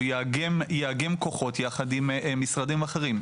הוא יאגם כוחות יחד עם משרדים אחרים.